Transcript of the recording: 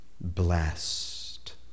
blessed